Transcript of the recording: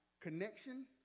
connection